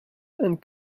and